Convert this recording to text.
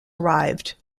arrived